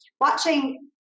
watching